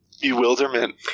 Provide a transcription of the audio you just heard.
bewilderment